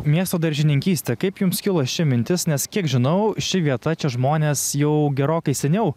miesto daržininkystė kaip jums kilo ši mintis nes kiek žinau ši vieta čia žmonės jau gerokai seniau